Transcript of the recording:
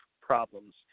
problems